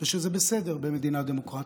ושזה בסדר במדינה דמוקרטית.